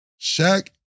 Shaq